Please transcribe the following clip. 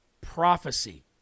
prophecy